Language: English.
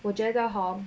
我觉得 hor